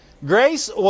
Grace